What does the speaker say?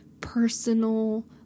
personal